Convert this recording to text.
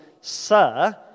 Sir